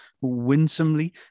winsomely